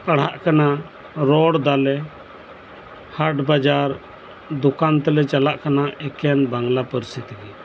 ᱯᱟᱲᱦᱟᱜ ᱠᱟᱱᱟ ᱨᱚᱲ ᱮᱫᱟᱞᱮ ᱦᱟᱴ ᱵᱟᱡᱟᱨ ᱫᱚᱠᱟᱱ ᱛᱮᱞᱮ ᱪᱟᱞᱟᱜ ᱠᱟᱱᱟ ᱮᱠᱷᱮᱱ ᱵᱟᱝᱞᱟ ᱯᱟᱹᱨᱥᱤ ᱛᱮᱜᱮ